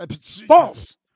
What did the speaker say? False